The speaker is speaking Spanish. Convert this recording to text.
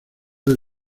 del